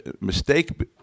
mistake